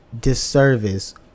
disservice